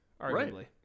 arguably